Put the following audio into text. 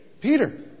Peter